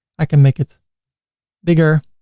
i can make it bigger,